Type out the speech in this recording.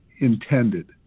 intended